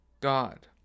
God